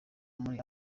muri